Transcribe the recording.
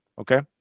okay